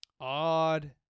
odd